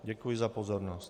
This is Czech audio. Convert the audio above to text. Děkuji za pozornost.